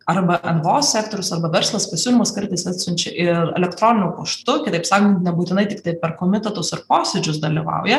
arba nvo sektorius arba verslas pasiūlymus kartais atsiunčia ir elektroniniu paštu kitaip sakant nebūtinai tiktai per komitetus ir posėdžius dalyvauja